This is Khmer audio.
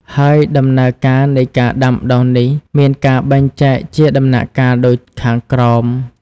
ហើយដំណើរការនៃការដាំដុះនេះមានការបែងចែកជាដំណាក់កាលដូចខាងក្រោម។